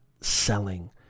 selling